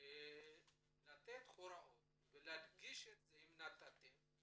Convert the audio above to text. לתת הוראות ואם נתתם כאלה,